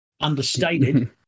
understated